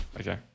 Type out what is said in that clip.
Okay